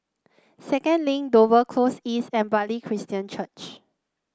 Second Link Dover Close East and Bartley Christian Church